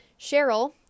Cheryl